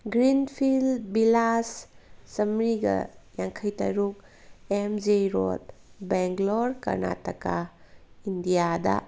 green field villas ꯆꯥꯝꯃꯔꯤꯒ ꯌꯥꯡꯈꯩ ꯇꯔꯨꯛ M G road Bangalore Karnataka ꯏꯟꯗꯤꯌꯥꯗ